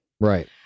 Right